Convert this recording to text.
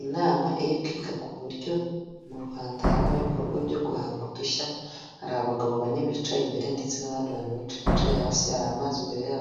Ibicupa binini, amaji ndetse n'ibindi bicuruzwa bigezweho usanga bihenze cyane mu masoko acuruza ibiribwa mu mujyi wa Kigali abantu benshi babigana